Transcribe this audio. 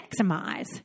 maximize